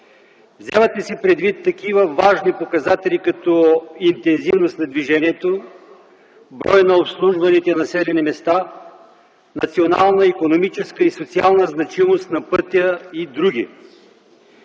Вземат ли се предвид такива важни показатели като интензивност на движението, броят на обслужваните населени места, национална, икономическа и социална значимост на пътя и др.?